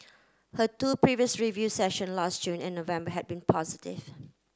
her two previous review session last June and November had been positive